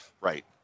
Right